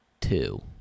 two